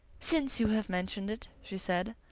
since you have mentioned it, she said,